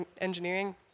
Engineering